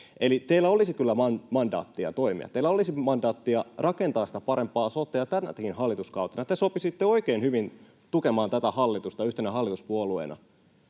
Eli teillä olisi kyllä mandaattia toimia, teillä olisi mandaattia rakentaa sitä parempaa sotea tänäkin hallituskautena. Te sopisitte oikein hyvin tukemaan tätä hallitusta yhtenä hallituspuolueena.